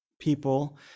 people